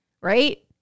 right